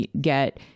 get